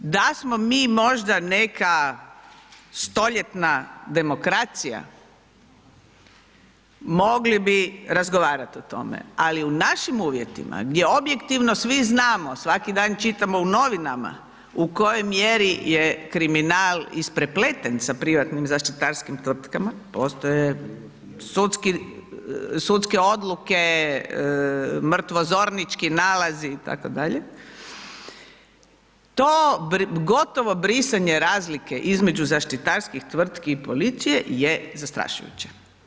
Da smo mi možda neka stoljetna demokracija, mogli bi razgovarati o tome, ali u našim uvjetima gdje objektivno svi znamo, svaki dan čitamo u novinama u kojoj mjeri je kriminal isprepleten sa privatnim zaštitarskim tvrtkama, postoje sudske odluke, mrtvozornički nalazi, itd., to gotovo brisanje razlike između zaštitarskih tvrtki i policije je zastrašujuće.